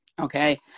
Okay